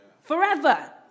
forever